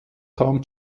kam